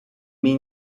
mean